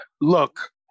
look